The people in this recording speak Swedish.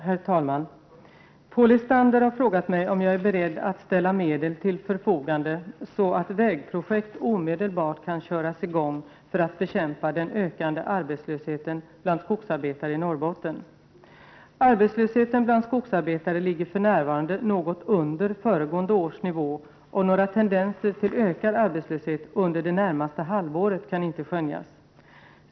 Herr talman! Paul Lestander har frågat mig om jag är beredd att ställa medel till förfogande så att vägprojekt omedelbart kan köras i gång för att bekämpa den ökande arbetslösheten bland skogsarbetare i Norrbotten. Arbetslösheten bland skogsarbetare ligger för närvarande något under föregående års nivå, och några tendenser till ökad arbetslöshet under det närmaste halvåret kan inte skönjas.